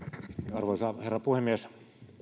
arvoisa herra puhemies